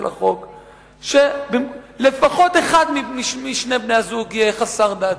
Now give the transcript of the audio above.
החוק היא שלפחות אחד משני בני-הזוג יהיה חסר דת,